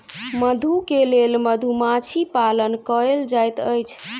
मधु के लेल मधुमाछी पालन कएल जाइत अछि